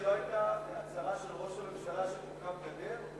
זו לא היתה הצהרה של ראש הממשלה שתוקם גדר?